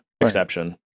exception